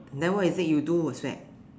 then what is it you do will sweat